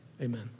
amen